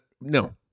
no